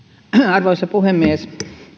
arvoisa puhemies